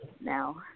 now